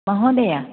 महोदय